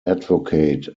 advocate